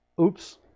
Oops